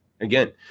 again